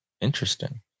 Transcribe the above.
interesting